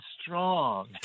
strong